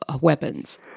weapons